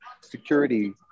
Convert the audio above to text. security